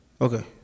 Okay